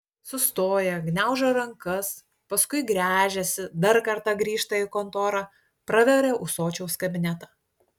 sustoja gniaužo rankas paskui gręžiasi dar kartą grįžta į kontorą praveria ūsočiaus kabinetą